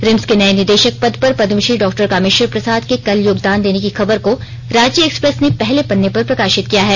RIMS के नये निदेशक पद पर पद्मश्री डॉ कामेश्वर प्रसाद के कल योगदान देने की खबर को रांची एक्सप्रेस ने पहले पन्ने पर प्रकाशित किया है